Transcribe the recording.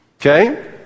okay